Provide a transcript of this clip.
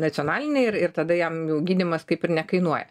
nacionalinę ir ir tada jam jau gydymas kaip ir nekainuoja